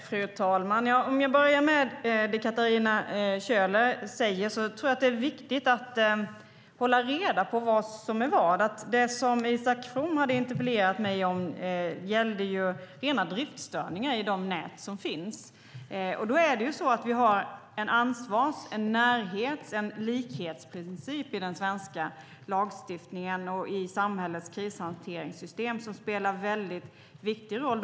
Fru talman! Om jag börjar med det Katarina Köhler säger tror jag att det är viktigt att hålla reda på vad som är vad. Det som Isak From hade interpellerat mig om gällde rena driftstörningar i de nät som finns. Vi har en ansvarsprincip, en närhetsprincip och en likhetsprincip i den svenska lagstiftningen och i samhällets krishanteringssystem som spelar en viktig roll.